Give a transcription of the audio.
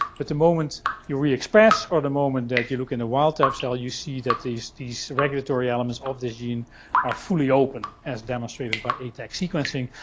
but the moment you reexpress or the moment that you look in the wild type cell, you see that these these regulatory elements of this gene are fully open, as demonstrated by atac sequencing,